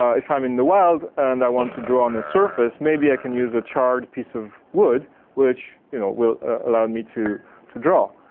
if i'm in the wild and i want to draw on the surface, maybe i can use a charred a piece of wood which you know, will allow and me to to draw.